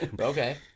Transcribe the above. Okay